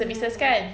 mm mm mm mm mm